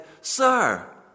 Sir